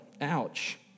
Ouch